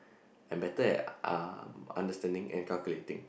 and better um at understanding at calculating